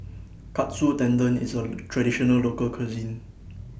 Katsu Tendon IS A Traditional Local Cuisine